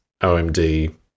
OMD